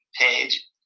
page